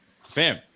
Fam